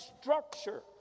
structure